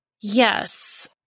Yes